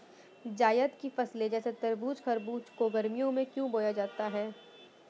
जायद की फसले जैसे तरबूज़ खरबूज को गर्मियों में क्यो बोया जाता है?